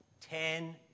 ten